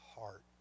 heart